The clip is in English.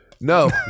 No